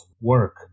work